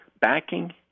backing